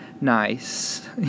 nice